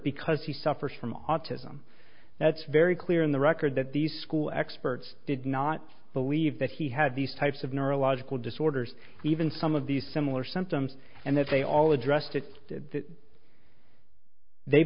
because he suffers from autism that's very clear in the record that these school experts did not believe that he had these types of neurological disorders even some of the similar symptoms and that they all addressed it did they